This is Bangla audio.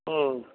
ওহ